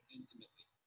intimately